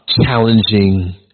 challenging